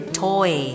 toy